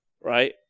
right